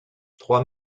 trois